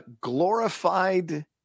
glorified